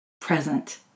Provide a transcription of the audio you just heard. present